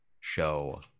show